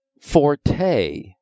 Forte